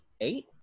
eight